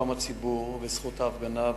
שלום הציבור וזכות ההפגנה,